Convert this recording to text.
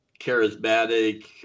charismatic